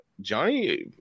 johnny